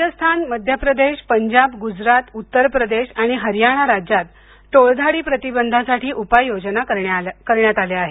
राजस्थान मध्य प्रदेश पंजाब गुजरात उत्तर प्रदेश आणि हरयाणा राज्यात टोळधाडी प्रतीबंधासाठी उपाय योजना करण्यात आल्या आहेत